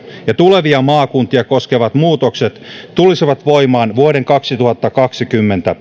ja tulevia maakuntia koskevat muutokset tulisivat voimaan vuoden kaksituhattakaksikymmentä